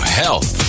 health